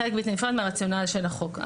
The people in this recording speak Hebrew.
חלק בלתי נפרד מהרציונל של החוק.